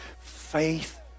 faith